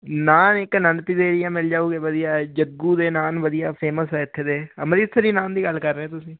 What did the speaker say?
ਨਾਨ ਇੱਕ ਦੇਵੀ ਦੇ ਮਿਲ ਜਾਊਗੇ ਵਧੀਆ ਜੱਗੂ ਦੇ ਨਾਨ ਵਧੀਆ ਫੇਮਸ ਆ ਇੱਥੇ ਦੇ ਅੰਮ੍ਰਿਤਸਰੀ ਨਾਨ ਦੀ ਗੱਲ ਕਰ ਰਹੇ ਹੋ ਤੁਸੀਂ